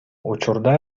учурда